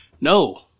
No